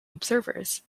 observers